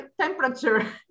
temperature